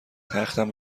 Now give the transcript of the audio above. تختم